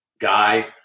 guy